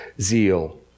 zeal